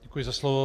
Děkuji za slovo.